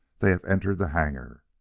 they have entered the hangar.